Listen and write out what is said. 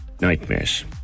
nightmares